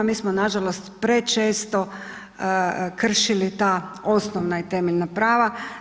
Mi smo nažalost prečesto kršili ta osnovna i temeljna prava.